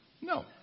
No